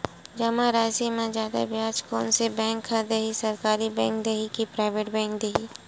जमा राशि म जादा ब्याज कोन से बैंक ह दे ही, सरकारी बैंक दे हि कि प्राइवेट बैंक देहि?